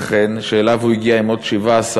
בגונסקירכן, שאליו הוא הגיע עם עוד 17,000,